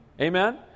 Amen